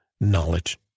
knowledge